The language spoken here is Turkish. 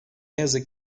yazık